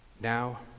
now